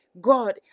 god